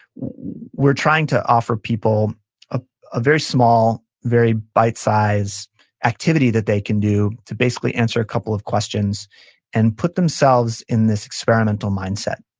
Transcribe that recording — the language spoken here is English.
we're trying to offer people a ah very small, very bite-size activity that they can do to basically answer a couple of questions and put themselves in this experimental mindset,